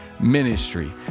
Ministry